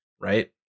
right